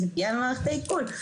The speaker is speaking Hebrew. זה פגיעה במערכת העיכול,